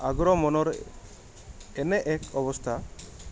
আগ্ৰহ মনৰ এনে এক অৱস্থা